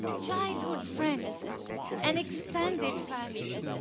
childhood friends and extended family,